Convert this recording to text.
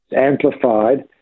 amplified